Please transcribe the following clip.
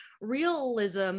realism